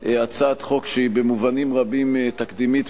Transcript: הצעת חוק שהיא במובנים רבים תקדימית,